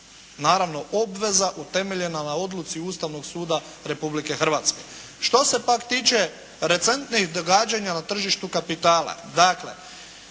naravno obveza utemeljena na odluci Ustavnog suda Republike Hrvatske. Što se pak tiče recentnih događanja na tržištu kapitala.